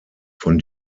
von